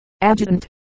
Adjutant